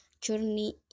journey